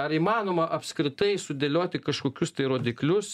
ar įmanoma apskritai sudėlioti kažkokius tai rodiklius